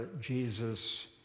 Jesus